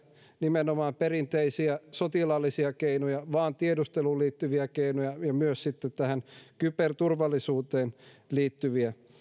nimenomaan perinteisiä sotilaallisia keinoja vaan käytetään tiedusteluun liittyviä keinoja ja myös sitten tähän kyberturvallisuuteen liittyviä